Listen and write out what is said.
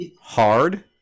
hard